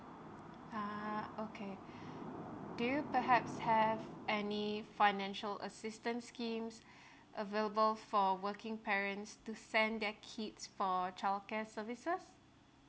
ah okay do you perhaps have any financial assistance schemes available for working parents to send their kids for childcare services